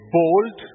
bold